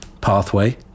pathway